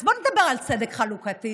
אז בואו נדבר על צדק חלוקתי.